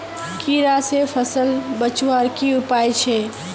कीड़ा से फसल बचवार की उपाय छे?